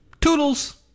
Toodles